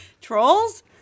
Trolls